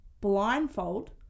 blindfold